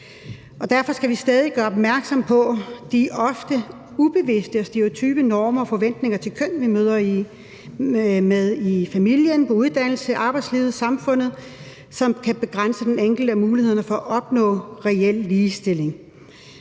derfor skal vi stadig gøre opmærksom på de ofte ubevidste og stereotype normer og forventninger til køn, som vi møder i familien, på uddannelsen, i arbejdslivet og i samfundet, og som kan begrænse den enkeltes muligheder for at opnå reel ligestilling.